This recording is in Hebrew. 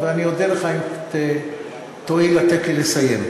ואני אודה לך אם תואיל לתת לי לסיים.